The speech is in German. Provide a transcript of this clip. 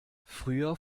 früher